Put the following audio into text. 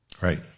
Right